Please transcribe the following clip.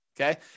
Okay